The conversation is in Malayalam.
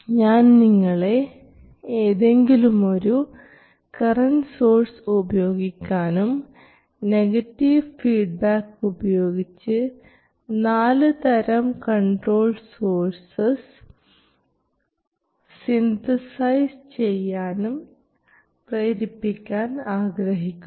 ഞാൻ നിങ്ങളെ ഏതെങ്കിലുമൊരു കറൻറ് സോഴ്സ് ഉപയോഗിക്കാനും നെഗറ്റീവ് ഫീഡ്ബാക്ക് ഉപയോഗിച്ച് നാലുതരം കൺട്രോൾഡ് സോഴ്സസ് സിന്തസൈസ് ചെയ്യാനും പ്രേരിപ്പിക്കാൻ ആഗ്രഹിക്കുന്നു